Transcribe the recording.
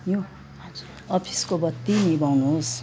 अफिसको बत्ती निभाउनुहोस्